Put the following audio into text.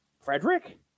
frederick